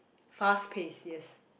fast paced yes